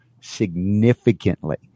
significantly